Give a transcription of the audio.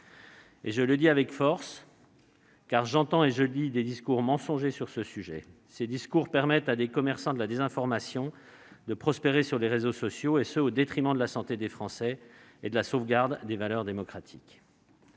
Je le dis avec force, car j'entends et je lis des discours mensongers qui permettent à des commerçants de la désinformation de prospérer sur les réseaux sociaux, et ce au détriment de la santé des Français et de la sauvegarde des valeurs démocratiques.